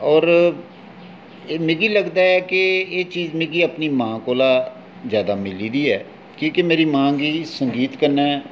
और मिगी लगदा ऐ कि एह् चीज मिगी अपनी मां कोला जैदा मिली दी ऐ की के मेरी मां गी संगीत कन्नै